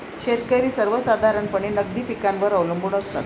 शेतकरी सर्वसाधारणपणे नगदी पिकांवर अवलंबून असतात